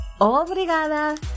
Obrigada